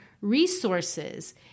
resources